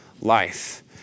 life